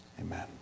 Amen